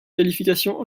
qualification